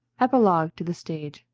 epilogue to the stage,